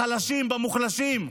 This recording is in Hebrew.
בחלשים, במוחלשים.